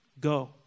Go